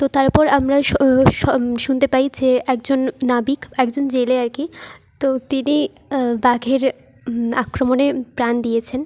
তো তারপর আমরা শুনতে পাই যে একজন নাবিক একজন জেলে আর কি তো তিনি বাঘের আক্রমণে প্রাণ দিয়েছেন